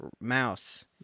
mouse